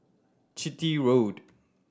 Chitty Road